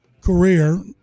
career